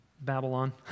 Babylon